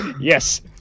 Yes